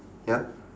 ya